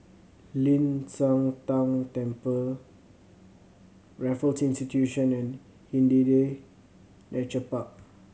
Ling San Teng Temple Raffles Institution and Hindhede Nature Park